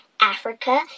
Africa